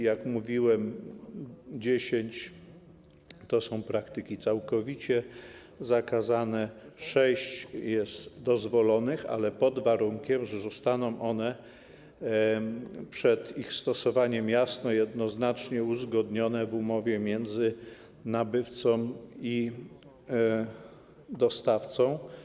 Jak mówiłem, 10 to są praktyki całkowicie zakazane, sześć jest dozwolonych, ale pod warunkiem, że zostaną one przed ich stosowaniem jasno, jednoznacznie uzgodnione w umowie między nabywcą i dostawcą.